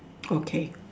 okay